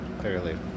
clearly